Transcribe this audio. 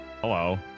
Hello